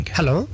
Hello